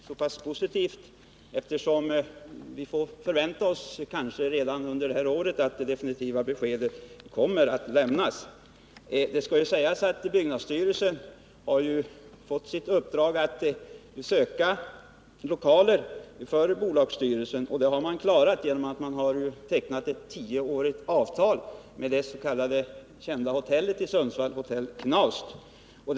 Herr talman! Jag får väl nöja mig med det svaret. Det är ju ganska positivt, eftersom vi tydligen kan förvänta oss att det definitiva beskedet kommer att lämnas redan i år. Byggnadsstyrelsen har ju fått i uppdrag att skaffa lokaler för bolagsbyrån. Det har man klarat genom att teckna ett tioårigt avtal med det kända hotellet Knaust i Sundsvall.